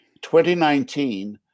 2019